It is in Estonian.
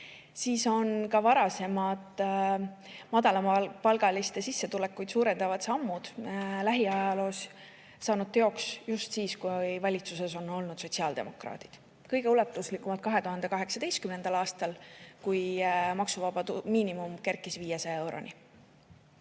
on ka varasemad madalamapalgaliste sissetulekuid suurendavad sammud lähiajaloos saanud teoks just siis, kui valitsuses on olnud sotsiaaldemokraadid. Kõige ulatuslikumalt 2018. aastal, kui maksuvaba miinimum kerkis 500 euroni.